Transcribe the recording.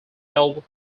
held